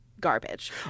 garbage